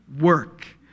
work